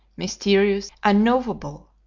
mysterious, unknowable.